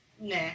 nah